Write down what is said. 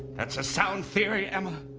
that's a sound theory emma